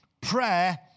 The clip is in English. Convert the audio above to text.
prayer